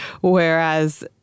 Whereas